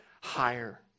higher